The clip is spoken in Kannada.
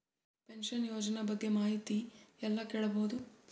ಪಿನಶನ ಯೋಜನ ಬಗ್ಗೆ ಮಾಹಿತಿ ಎಲ್ಲ ಕೇಳಬಹುದು?